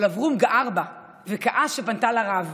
אבל אברום גער בה וכעס שפנתה לרב.